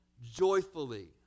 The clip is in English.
joyfully